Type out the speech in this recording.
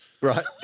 Right